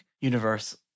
universe